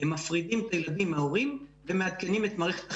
הם מפרידים את הילדים מההורים ומעדכנים את מערכת החינוך.